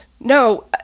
No